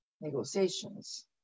negotiations